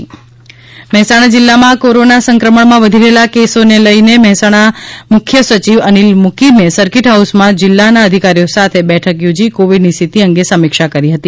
મુખ્ય સચિવ મહેસાણા જિલ્લામાં કોરોના સંકમણનાં વધી રહેલાં કેસોને લઈ મહેસાણા દોડી મુખ્ય સચિવ અનીલ મુકીમે સરકીટ હાઉસમાં જિલ્લાનાં અધિકારીઓ સાથે બેઠક યોજી કોવિડની સ્થિતિ અંગે સમીક્ષા કરી હતી